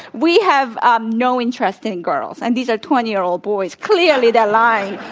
we have ah no interest in in girls, and these are twenty year old boys. clearly, they're lying.